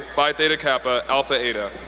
phi theta kappa, alpha eta.